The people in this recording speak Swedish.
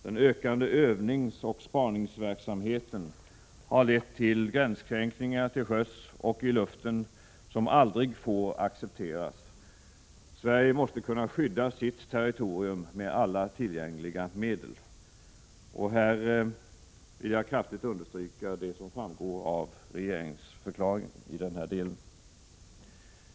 Den ökande övningsoch spaningsverksamheten har lett till gränskränkningar till sjöss och i luften som aldrig får accepteras. Sverige måste kunna skydda sitt territorium med alla tillgängliga medel. Här vill jag kraftigt understryka det som framgår av regeringsförklaringen i denna del.